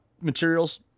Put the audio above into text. materials